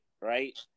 right